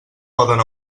poden